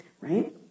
right